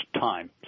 time